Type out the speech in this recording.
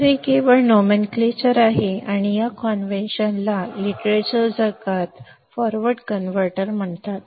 तर हे केवळ नोमनक्लेचर आहे आणि या कॉन्व्हेंनशन ला लिटरेचर जगतात फॉरवर्ड कन्व्हर्टर म्हणतात